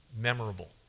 memorable